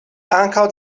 ankaŭ